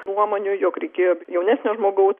nuomonių jog reikėjo jaunesnio žmogaus